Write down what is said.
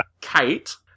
Kate